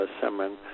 Simon